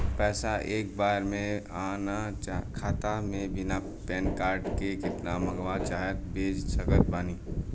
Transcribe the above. पैसा एक बार मे आना खाता मे बिना पैन कार्ड के केतना मँगवा चाहे भेज सकत बानी?